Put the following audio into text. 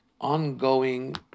ongoing